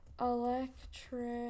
electric